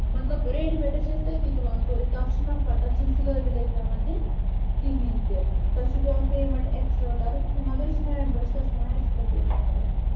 مطلب ریڈیٖمیٹس چھِ أسۍ تٔتی تُلان سورٕے تتھ چھُ نفع تتھ چھنہٕ سِلٲے وِلٲے پیٚوان دِنۍ کہینۍ تہِ تتھ چھنہٕ پیٚوان پیمیٚنٹ ایٚکسٹرا کرُن کہنۍ مگر یُس ہیٚنڈ میڈ چھُ تتھ چھِ پیٚوان ایٚکِسٹرا پیمیٚنٹ کرُن